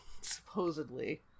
Supposedly